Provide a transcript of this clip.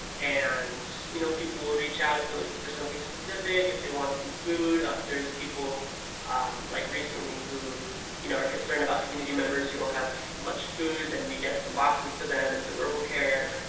and you know people will reach out if they're looking for something specific, if they want some food, ah if there's people like recently who you know are concerned about community members who don't have much food, then we get some boxes to them and some herbal care.